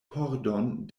pordon